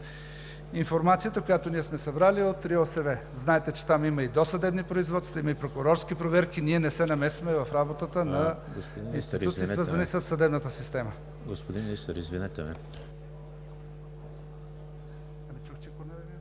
Информацията, която ние сме събрали, е от РИОСВ, знаете че там има и досъдебни производства, има и прокурорски проверки, и ние не се намесваме в работата на институциите, свързани със съдебната система. ПРЕДСЕДАТЕЛ ЕМИЛ